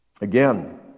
Again